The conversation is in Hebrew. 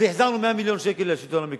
והחזרנו 100 מיליון שקל לשלטון המקומי.